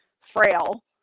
frail